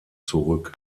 zurück